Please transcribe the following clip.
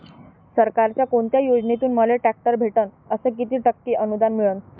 सरकारच्या कोनत्या योजनेतून मले ट्रॅक्टर भेटन अस किती टक्के अनुदान मिळन?